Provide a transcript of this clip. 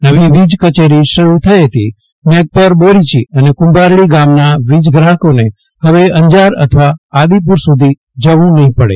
નવી વીજ કચેરી શરૂ થયેથી મેઘપર બોરીચી અને કુંભારડી ગામના વીજ ગ્રાફકકોને ફવે અંજાર અથવા આદિપુર સુધી જવું નહ્ િ પડે